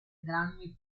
drammi